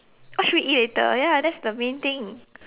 what should we eat later ya that's the main thing